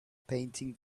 painting